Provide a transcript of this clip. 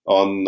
on